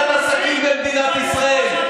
העסקים במדינת ישראל.